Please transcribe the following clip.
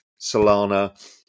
Solana